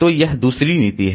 तो यह दूसरी नीति है